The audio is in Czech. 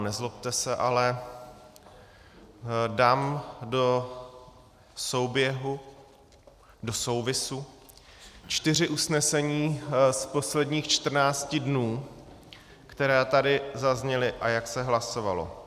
Nezlobte se, ale dám do souběhu, do souvisu, čtyři usnesení z posledních 14 dnů, která tady zazněla, a jak se hlasovalo.